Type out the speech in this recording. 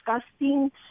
disgusting